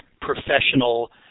professional